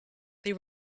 they